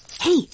Hey